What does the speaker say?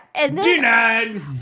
Denied